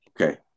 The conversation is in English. Okay